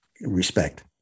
respect